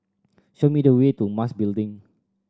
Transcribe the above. show me the way to Mas Building